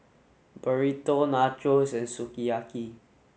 Burrito Nachos and Sukiyaki